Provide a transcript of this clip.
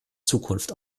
zukunft